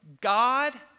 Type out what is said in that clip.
God